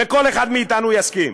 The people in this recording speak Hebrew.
כל אחד מאתנו יסכים.